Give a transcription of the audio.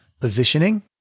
positioning